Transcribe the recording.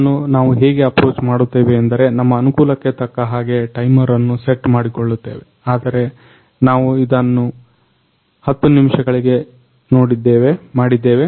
ಇದನ್ನು ನಾವು ಹೇಗೆ ಅಪ್ರೋಚ್ ಮಾಡುತ್ತೇವೆ ಎಂದರೆ ನಮ್ಮ ಅನುಕೂಲಕ್ಕೆ ತಕ್ಕಹಾಗೆ ಟೈಮರ್ ಅನ್ನು ಸೆಟ್ ಮಾಡಿಕೊಳ್ಳುತ್ತೇವೆ ಆದರೆ ನಾವು ಅದನ್ನು 10 ನಿಮಿಷಗಳಿಗೆ ಮಾಡಿದ್ದೇವೆ